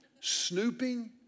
snooping